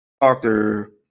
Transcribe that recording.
doctor